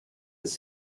his